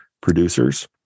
producers